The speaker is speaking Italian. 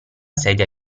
sedia